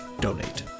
donate